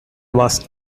was